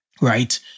right